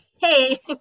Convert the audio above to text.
hey